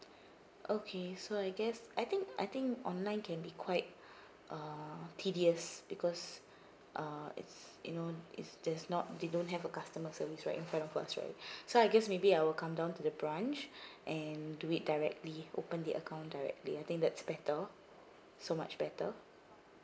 okay so I guess I think I think online can be quite uh tedious because uh it's you know it's there's not they don't have a customer service right in front of us right so I guess maybe I will come down to the branch and do it directly open the account directly I think that's better so much better